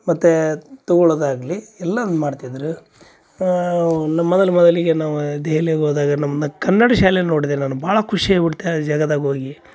ಮತ್ತು ತಗೊಳ್ಳೋದಾಗಲಿ ಎಲ್ಲನೂ ಮಾಡ್ತಿದ್ದರು ಮೊದಲು ಮೊದಲಿಗೆ ನಾವು ದೆಹಲಿಗೆ ಹೋದಾಗ ನಮ್ಮ ಕನ್ನಡ ಶಾಲೆ ನೋಡಿದೆ ನಾನು ಭಾಳ ಖುಷಿಯಾಗ್ಬಿಡ್ತು ಆ ಜಾಗದಾಗ ಹೋಗಿ